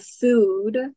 food